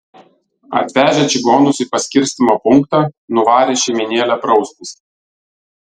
atvežę čigonus į paskirstymo punktą nuvarė šeimynėlę praustis